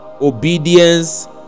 obedience